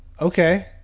Okay